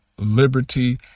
liberty